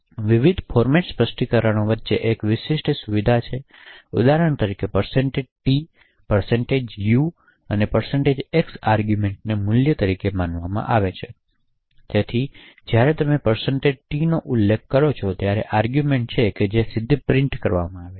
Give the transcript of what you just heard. વિવિધ ફોર્મેટ સ્પષ્ટીકરણો વચ્ચે એક વિશિષ્ટ સુવિધા છે ઉદાહરણ તરીકે t u અને x આર્ગૂમેંટને મૂલ્ય તરીકે માનવામાં આવે છે તેથી ઉદાહરણ તરીકે જ્યારે તમે t નો ઉલ્લેખ કર્યો છે ત્યારે તે આર્ગૂમેંટ છે જે સીધી પ્રિન્ટ કરવામાં આવે છે